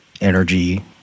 energy